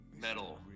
metal